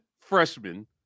freshman